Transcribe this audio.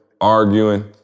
arguing